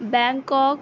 Bangkok